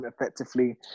effectively